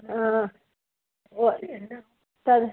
तद्